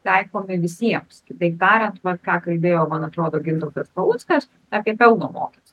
taikomi visiems taip darant vat ką kalbėjo man atrodo gintautas paluckas apie pelno mokestį